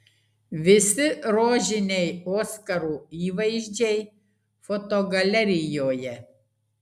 visi rožiniai oskarų įvaizdžiai fotogalerijoje